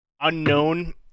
Unknown